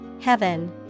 Heaven